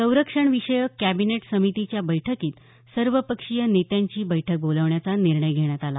संरक्षण विषयक कॅबिनेट समितीच्या बैठकीत सर्व पक्षीय नेत्यांची बैठक बोलावण्याचा निर्णय घेण्यात आला